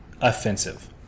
offensive